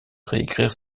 réécrire